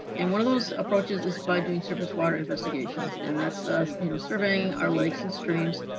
and one of those approaches is by doing surface water investigations, and that's us, you know, surveying our lakes and streams,